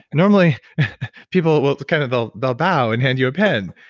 normally people will kind of ah bow bow and hand you a pen.